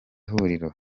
huriro